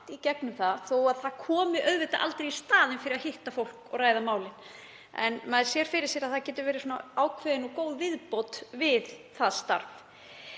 honum þó að hann komi auðvitað aldrei í staðinn fyrir að hitta fólk og ræða málin. En maður sér fyrir sér að það geti verið ákveðin góð viðbót við það starf.